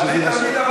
אני תמיד אמרתי,